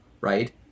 right